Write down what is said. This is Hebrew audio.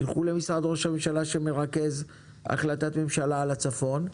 תלכו למשרד ראש הממשלה שמרכז החלטת ממשלה על הצפון,